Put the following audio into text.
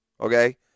Okay